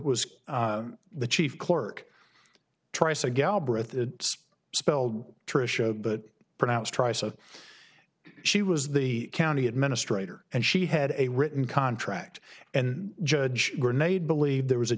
was the chief clerk try so galbreath it's spelled trisha but pronounced try so she was the county administrator and she had a written contract and judge granade believed there was a